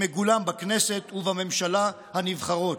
שמגולם בכנסת ובממשלה הנבחרות,